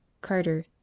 Carter